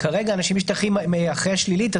כרגע אנשים משתחררים אחרי התשובה השלילית,